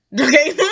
Okay